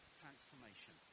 transformation